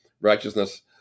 righteousness